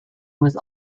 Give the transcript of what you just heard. was